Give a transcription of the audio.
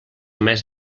mes